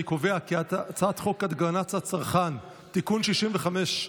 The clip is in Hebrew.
אני קובע כי הצעת חוק הגנת הצרכן (תיקון מס' 65),